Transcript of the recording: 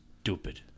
stupid